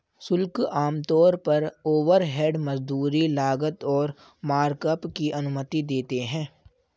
शुल्क आमतौर पर ओवरहेड, मजदूरी, लागत और मार्कअप की अनुमति देते हैं